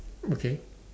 okay